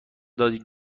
دادین